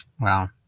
Wow